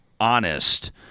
honest